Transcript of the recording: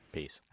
Peace